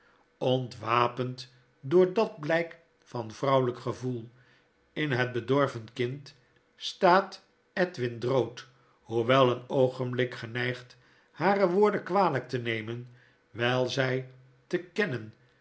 ontwapend door dat blflk van vrouwelijk sevoel in het bedorven kind staat edwin drood oewel een oogenblik geneigd hare woorden kwalyk te nemen wjjl zjj te kennen